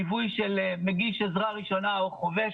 ליווי של מגיש עזרה ראשונה או חובש